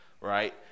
right